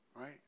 Right